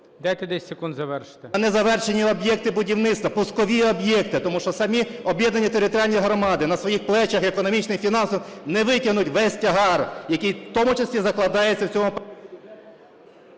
Дайте 10 секунд завершити.